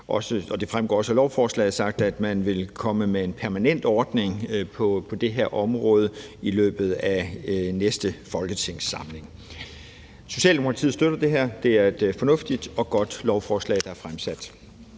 det fremgår også af lovforslaget, sagt, at man ville komme med en permanent ordning på det her område i løbet af næste folketingssamling. Socialdemokratiet støtter det her. Det er et fornuftigt og godt lovforslag, der er fremsat.